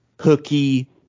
hooky